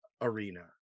arena